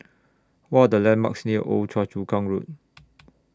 What The landmarks near Old Choa Chu Kang Road